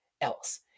else